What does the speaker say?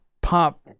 pop